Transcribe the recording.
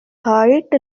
height